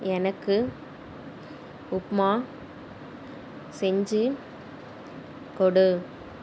எனக்கு உப்மா செஞ்சு கொடு